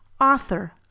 author